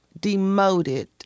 demoted